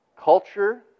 culture